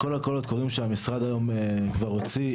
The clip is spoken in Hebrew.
כל הקולות קוראים שהמשרד היום כבר הוציא,